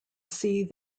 see